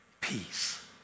peace